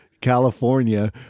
california